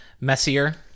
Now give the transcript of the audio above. Messier